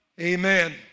Amen